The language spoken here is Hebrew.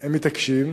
הם מתעקשים,